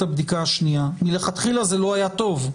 הבדיקה השנייה מלכתחילה זה לא היה טוב,